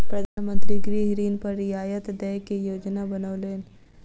प्रधान मंत्री गृह ऋण पर रियायत दय के योजना बनौलैन